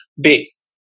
base